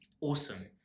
awesome